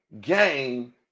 game